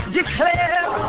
Declare